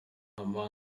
nta